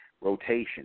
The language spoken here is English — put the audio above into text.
rotation